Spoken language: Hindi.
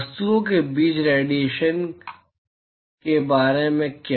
वस्तुओं के बीच रेडिएशन के बारे में क्या